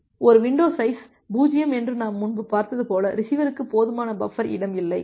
ஒரு window size 0 என்று நாம் முன்பு பார்த்தது போல ரிசீவருக்கு போதுமான பஃபர் இடம் இல்லை